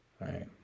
Right